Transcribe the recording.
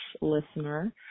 listener